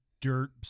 dirt